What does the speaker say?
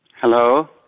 Hello